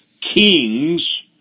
kings